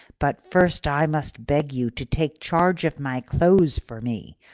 but first i must beg you to take charge of my clothes for me,